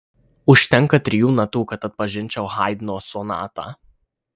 užtenka trijų natų kad atpažinčiau haidno sonatą